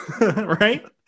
right